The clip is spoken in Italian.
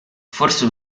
forse